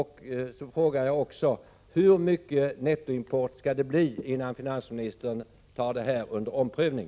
Hur stor skall nettoimporten behöva bli innan finansministern tar ärendet till omprövning?